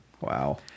Wow